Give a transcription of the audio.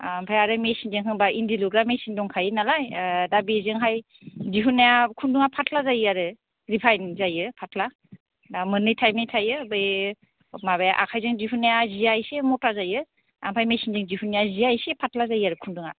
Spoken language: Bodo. ओमफ्राय आरो मेसिनजों होनबा इन्दि लुग्रा मेसिन दंखायो नालाय दा बेजोंहाय दिहुन्नाया खुन्दुङा फाथ्ला जायो आरो रिफाइन जायो फाथ्ला दा मोन्नै टाइपनि थायो बै माबाया आखायजों दिहुन्नाया जिया एसे मथा जायो ओमफ्राय मेसिनजों दिहुन्नाया जिया एसे फाथ्ला जायो आरो खुन्दुङा